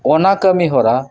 ᱚᱱᱟ ᱠᱟᱹᱢᱤᱦᱚᱨᱟ